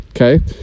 Okay